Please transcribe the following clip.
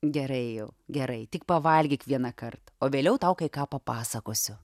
gerai jau gerai tik pavalgyk vienąkart o vėliau tau kai ką papasakosiu